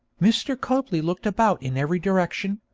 mr. copley looked about in every direction,